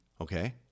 okay